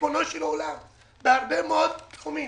ריבונו של עולם, בהרבה מאוד תחומים: